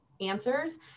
answers